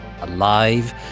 alive